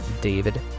David